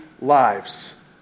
lives